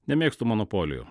nemėgstu monopolijų